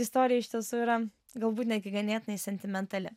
istorija iš tiesų yra galbūt netgi ganėtinai sentimentali